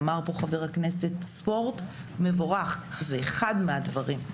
אמר פה חבר הכנסת ספורט, מבורך, זה אחד מהדברים.